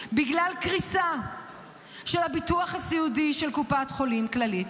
בגלל קריסה של הביטוח הסיעודי של קופת חולים כללית.